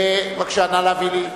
נא להביא לי תוצאות.